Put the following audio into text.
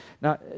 Now